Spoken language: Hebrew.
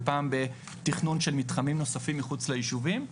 ופעם בתכנון של מתחמים נוספים מחוץ ליישובים.